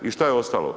I šta je ostalo?